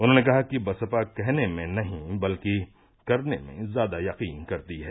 उन्होंने कहा कि बसपा कहने में नही बल्की करने में ज्यादा यकीन करती है